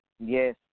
Yes